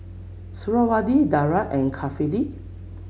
Suriawati Dara and Kifli